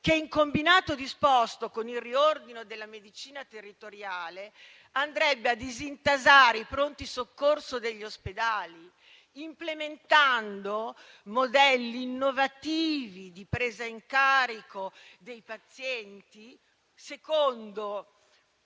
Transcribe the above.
che, in combinato disposto con il riordino della medicina territoriale, andrebbe a disintasare i pronti soccorso degli ospedali, implementando modelli innovativi di presa in carico dei pazienti, secondo